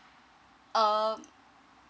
um